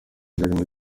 byarimo